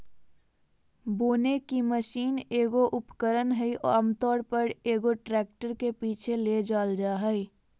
बोने की मशीन एगो उपकरण हइ आमतौर पर, एगो ट्रैक्टर के पीछे ले जाल जा हइ